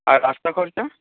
আর রাস্তা খরচ